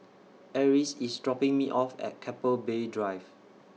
Eris IS dropping Me off At Keppel Bay Drive